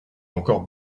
encore